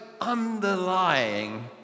underlying